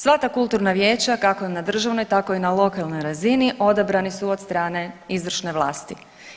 Sva ta kulturna vijeća kako na državnoj tako i na lokalnoj razini odabrani su od strane izvršne vlasti.